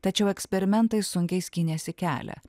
tačiau eksperimentai sunkiai skynėsi kelią